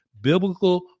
biblical